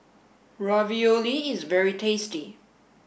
Ravioli is very tasty